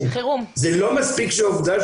שזה ארגון משפחות נפגעי